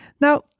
Now